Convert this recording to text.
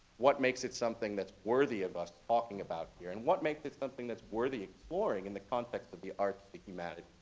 what makes it something that's worthy of us talking about here? and what makes it something that's worthy of exploring in the context of the arts, the humanities,